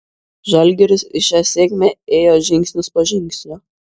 žalgiris į šią sėkmę ėjo žingsnis po žingsnio